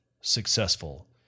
successful